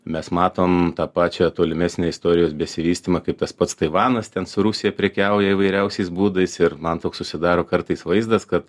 mes matom tą pačią tolimesnę istorijos besivystymą kaip tas pats taivanas ten su rusija prekiauja įvairiausiais būdais ir man toks susidaro kartais vaizdas kad